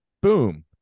Boom